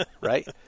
right